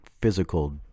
physical